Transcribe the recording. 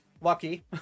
lucky